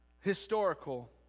historical